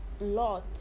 Lot